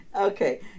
okay